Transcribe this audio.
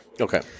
Okay